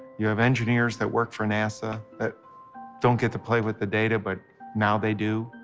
you have engineers that work for nasa that don't get to play with the data but now they do.